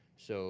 so